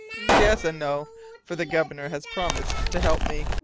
yes and no for the governor has promised to help me.